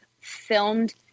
filmed